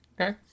Okay